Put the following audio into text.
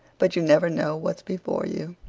but you never know what's before you,